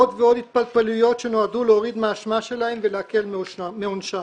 עוד ועוד התפלפלויות שנועדו להוריד מהאשמה שלהם ולהקל בעונשם.